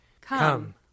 Come